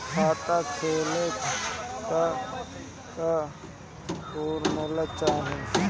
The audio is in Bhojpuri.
खाता खोलले का का प्रूफ चाही?